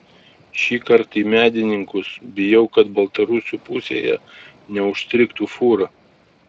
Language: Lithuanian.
šįkart į medininkus bijau kad baltarusių pusėje neužstrigtų fūra